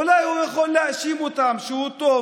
אולי הוא יכול להאשים אותם שהוא טוב,